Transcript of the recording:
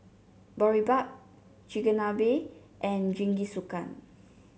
Boribap Chigenabe and Jingisukan